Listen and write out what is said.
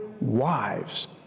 wives